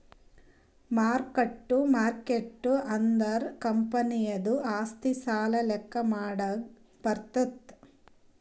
mark ಟ್ಟು market ಅಂದುರ್ ಕಂಪನಿದು ಆಸ್ತಿ, ಸಾಲ ಲೆಕ್ಕಾ ಮಾಡಾಗ್ ಬರ್ತುದ್